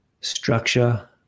Structure